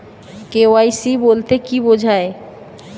KYC বলতে কি বোঝায়?